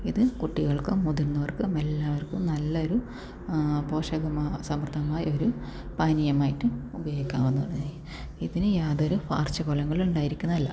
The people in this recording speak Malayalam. ഇത് കുട്ടികൾക്കും മുതിർന്നവർക്കും എല്ലാവർക്കും നല്ലൊരു പോഷക സമൃദ്ധമായ ഒരു പാനീയമായിട്ട് ഉപയോഗിക്കാവുന്ന ഇതിന് യാതൊരു പാർശ്വഫലങ്ങളും ഉണ്ടായിരിക്കുന്നതല്ല